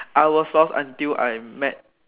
I was lost until I met